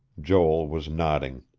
joel was nodding.